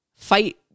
fight